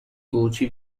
voci